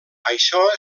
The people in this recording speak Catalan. això